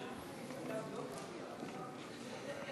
אנחנו עומדים